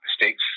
mistakes